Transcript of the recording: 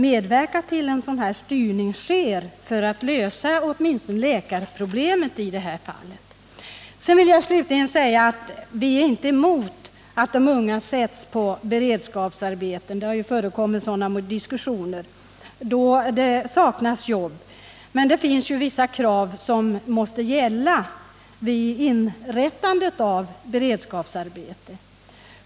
Jag vill slutligen säga att vi inte har någonting emot att de unga sätts på beredskapsarbeten, när det saknas jobb. Invändningar häremot har framkommit i olika diskussioner. Det finns emellertid vissa krav som måste gälla för beredskapsarbeten.